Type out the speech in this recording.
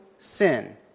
sin